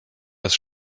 das